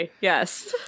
Yes